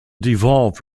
devolved